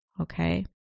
Okay